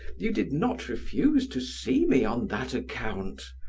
you did not refuse to see me on that account.